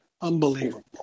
Unbelievable